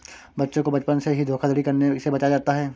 बच्चों को बचपन से ही धोखाधड़ी करने से बचाया जाता है